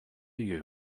you